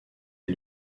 est